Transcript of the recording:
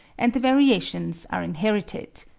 and the variations are inherited.